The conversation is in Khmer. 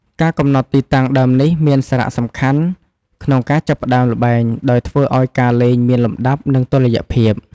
ការកំណត់ទីតាំងដើមនេះមានសារៈសំខាន់ក្នុងការចាប់ផ្តើមល្បែង ដោយធ្វើឲ្យការលេងមានលំដាប់ និងតុល្យភាព។